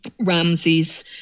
ramsey's